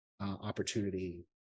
Opportunity